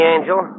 Angel